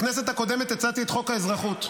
בכנסת הקודמת הצעתי את חוק האזרחות,